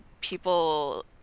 people